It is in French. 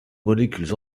molécules